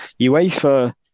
UEFA